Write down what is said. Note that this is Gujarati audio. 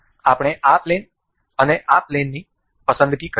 આપણે આ પ્લેન અને આ પ્લેનની પસંદગી કરીશું